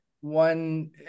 one